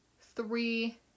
three